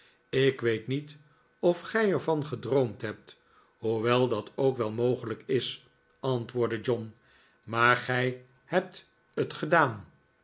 ik weet niet of gij er van gedroomd hebt hoewel dat ook wel mogelijk is antwoordde john maar gij hebt het gedaan